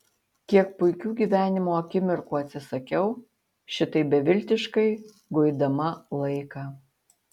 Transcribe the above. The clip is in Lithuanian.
kiek puikių gyvenimo akimirkų atsisakiau šitaip beviltiškai guidama laiką